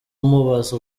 umubaza